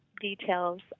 details